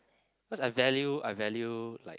cause I value I value like